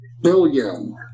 billion